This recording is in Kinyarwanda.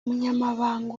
umunyamabanga